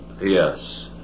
Yes